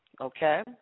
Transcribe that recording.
okay